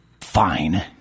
Fine